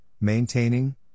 maintaining